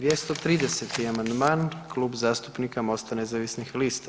230. amandman Kluba zastupnika Mosta nezavisnih lista.